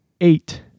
eight